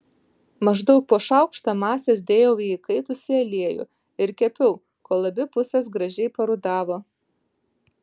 maždaug po šaukštą masės dėjau į įkaitusį aliejų ir kepiau kol abi pusės gražiai parudavo